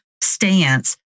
stance